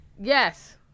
Yes